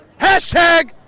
Hashtag